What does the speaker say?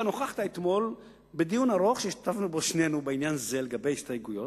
נכחת אתמול בדיון ארוך שהשתתפנו בו שנינו בעניין הזה לגבי ההסתייגויות.